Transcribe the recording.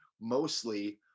Mostly